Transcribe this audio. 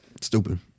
Stupid